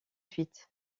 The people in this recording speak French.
huit